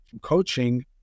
coaching